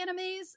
animes